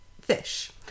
fish